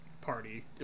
party